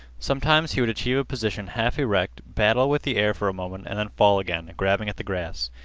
sometimes he would achieve a position half erect, battle with the air for a moment, and then fall again, grabbing at the grass.